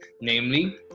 namely